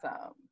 awesome